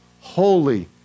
holy